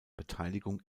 beteiligung